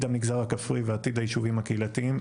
המגזר הכפרי ועתיד היישובים הקהילתיים,